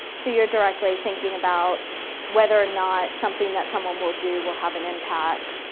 so you're directly thinking about whether or not something that someone will do will have an impact.